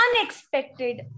unexpected